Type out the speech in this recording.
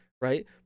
right